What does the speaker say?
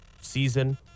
season